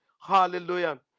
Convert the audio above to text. Hallelujah